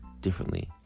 differently